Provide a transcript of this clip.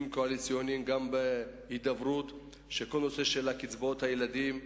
הקואליציוניים וגם בנושא ההידברות על קצבאות הילדים.